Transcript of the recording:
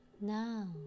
now